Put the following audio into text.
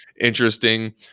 interesting